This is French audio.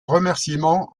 remerciement